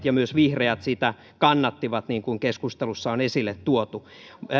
ja myös vihreät sitä kannattivat niin kuin keskustelussa on esille tuotu